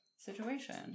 Situation